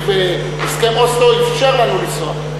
והסכם אוסלו אפשר לנו לנסוע.